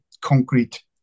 concrete